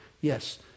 Yes